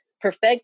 perfect